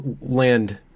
land